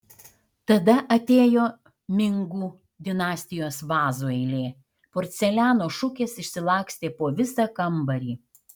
tada atėjo mingų dinastijos vazų eilė porceliano šukės išsilakstė po visą kambarį